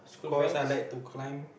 cause I like to climb